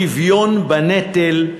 שוויון בנטל,